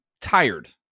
tired